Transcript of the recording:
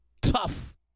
tough